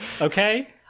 Okay